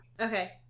Okay